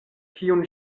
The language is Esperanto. kiun